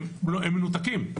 הם מנותקים.